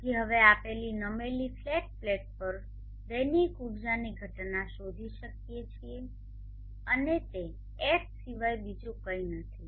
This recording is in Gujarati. તેથી હવે આપણે નમેલી ફ્લેટ પ્લેટ પર દૈનિક ઉર્જાની ઘટના શોધી શકીએ છીએ અને તે એચ સિવાય બીજું કંઈ નથી